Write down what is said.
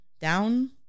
down